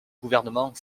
gouvernement